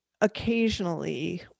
occasionally